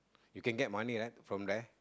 they can get money also